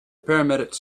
paramedics